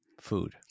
Food